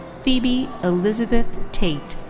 phoebe elizabeth tait.